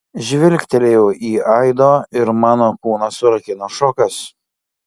žvilgtelėjau į aido ir mano kūną surakino šokas